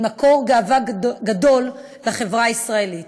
היא מקור גאווה גדול לחברה הישראלית.